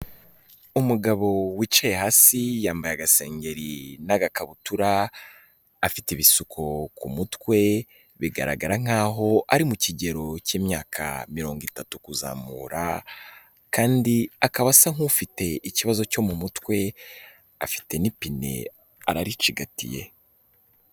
Umugabo wicaye hasi, yambaye agasengeri n'agakabutura, afite ibisuko ku mutwe, bigaragara nk'aho ari mu kigero k'imyaka mirongo itatu kuzamura kandi akaba asa nk'ufite ikibazo cyo mu mutwe, afite n'ipine, araricigatiye.